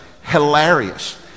hilarious